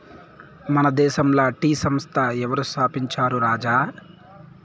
మన దేశంల టీ సంస్థ ఎవరు స్థాపించారు రాజా